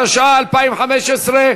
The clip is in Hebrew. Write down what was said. התשע"ה 2015,